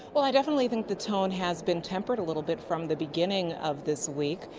well i definitely think the tone has been tempered a little bit from the beginning of this week,